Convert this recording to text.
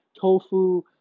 tofu